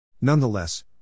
Nonetheless